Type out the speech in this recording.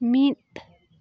ᱢᱤᱫ